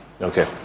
okay